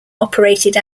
operated